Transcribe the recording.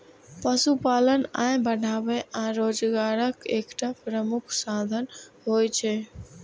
पशुपालन आय बढ़ाबै आ रोजगारक एकटा प्रमुख साधन होइ छै